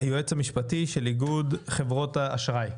היועץ המשפטי של איגוד חברות האשראי.